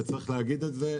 וצריך להגיד את זה,